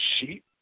sheep